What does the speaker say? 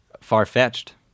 far-fetched